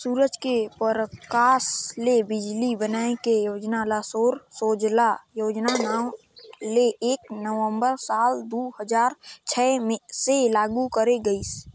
सूरज के परकास ले बिजली बनाए के योजना ल सौर सूजला योजना नांव ले एक नवंबर साल दू हजार छै से लागू करे गईस